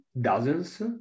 dozens